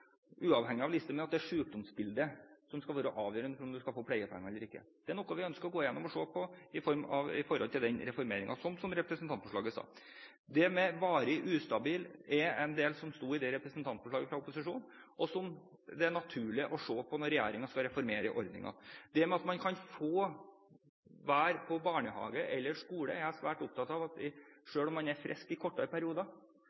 uavhengig av om det er sykdomsbildet som skal være avgjørende for om man skal få pleiepenger eller ikke. Det er noe vi skal gå igjennom og se på i forbindelse med reformeringen, slik som representantforslaget sa. Når det gjelder begrepet «varig ustabil», var det med i representantforslaget fra opposisjonen, og er naturlig å se på når regjeringen skal reformere ordningen. Det at man kan få være i barnehage eller skole når man er frisk i kortere perioder, er noe jeg er svært opptatt av, og som vi